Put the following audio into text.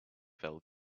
fell